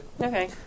Okay